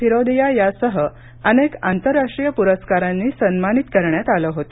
फिरोदिया यांसह अनेक आंतरराष्ट्रीय प्रस्कारांनी सन्मानित करण्यात आले होते